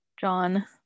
john